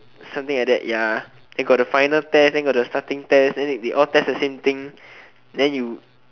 something like that ya then got the final test then got the starting test then they all test the same thing then you